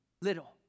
little